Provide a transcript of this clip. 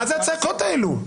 מה זה הצעקות האלה?